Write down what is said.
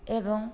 ଏବଂ